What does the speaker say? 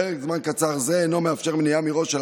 פרק זמן קצר זה אינו מאפשר מניעה מראש של